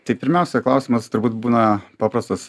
tai pirmiausia klausimas turbūt būna paprastas